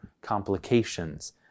complications